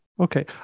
Okay